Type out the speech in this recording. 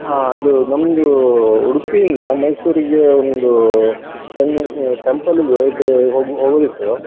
ಹಾಂ ಅದು ನಮ್ದು ಉಡುಪಿಯಿಂದ ಮೈಸೂರಿಗೆ ಒಂದು ಟೆಂಪಲ್ಗೆ ಇದು ಹೋಗು ಹೋಗೋದಿತ್ತು